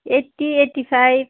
eighty eighty five